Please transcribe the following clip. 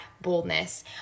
boldness